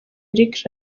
eric